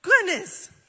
Goodness